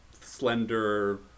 slender